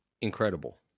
incredible